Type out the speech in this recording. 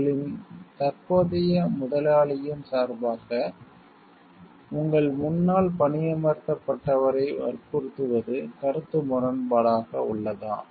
உங்களின் தற்போதைய முதலாளியின் சார்பாக உங்கள் முன்னாள் பணியமர்த்தப்பட்டவரை வற்புறுத்துவது கருத்து முரண்பாடாக உள்ளதா